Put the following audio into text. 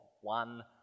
one